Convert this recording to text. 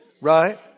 Right